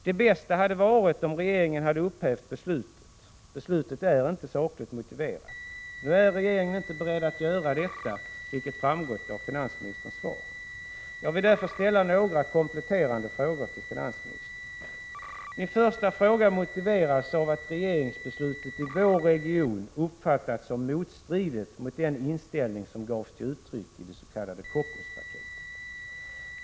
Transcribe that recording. Det bästa hade varit om regeringen hade upphävt beslutet. Beslutet är inte sakligt motiverat. Nu är regeringen inte beredd att göra detta, vilket framgått av finansministerns svar. Jag vill därför ställa några kompletterande frågor till finansministern. Min första fråga motiveras av att regeringsbeslutet i vår region uppfattas som motstridigt med den inställning som kommer till uttryck i det s.k. Kockumspaketet.